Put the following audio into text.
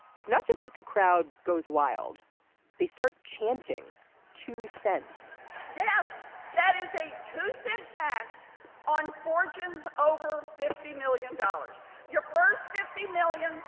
it's not just that the crowd goes wild they start chanting two cents yes that is a two cent tax on fortune's over fifty million dollars your first fifty million.